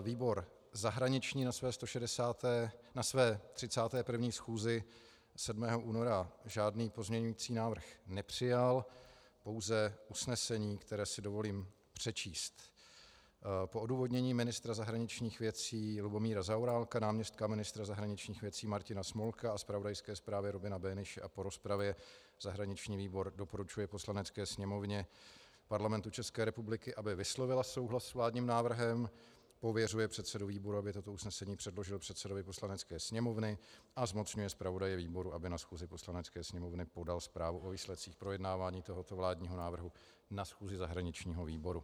Výbor zahraniční na své 31. schůzi 7. února žádný pozměňující návrh nepřijal, pouze usnesení, které si dovolím přečíst: Po odůvodnění ministra zahraničních věcí Lubomíra Zaorálka, náměstka ministra zahraničních věcí Martina Smolka a zpravodajské zprávě Robina Böhnische a po rozpravě zahraniční výbor doporučuje Poslanecké sněmovně Parlamentu České republiky, aby vyslovila souhlas s vládním návrhem, pověřuje předsedu výboru, aby toto usnesení předložil předsedovi Poslanecké sněmovny, a zmocňuje zpravodaje výboru, aby na schůzi Poslanecké sněmovny podal zprávu o výsledcích projednávání tohoto vládního návrhu na schůzi zahraničního výboru.